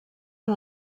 amb